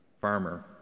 farmer